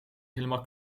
helemaal